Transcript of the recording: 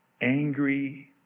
angry